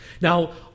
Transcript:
Now